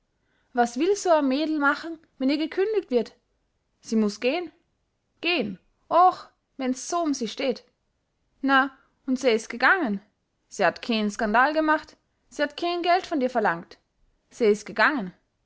was will su a mädel machen wenn ihr gekündigt wird sie muß gehn gehn ooch wenn's so um se steht na und se is gegangen se hat keen skandal gemacht se hat keen geld von dir verlangt se is gegangen